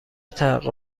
تحقق